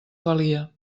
valia